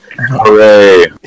Hooray